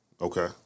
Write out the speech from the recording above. Okay